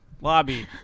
Lobby